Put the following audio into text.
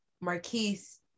marquise